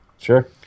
sure